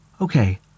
Okay